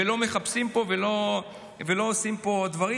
ולא מחפשים ועושים פה דברים.